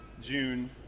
June